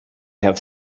have